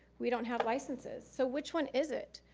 we don't have licenses. so which one is it?